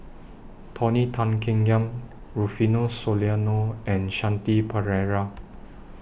Tony Tan Keng Yam Rufino Soliano and Shanti Pereira